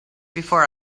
before